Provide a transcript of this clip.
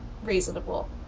Reasonable